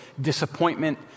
disappointment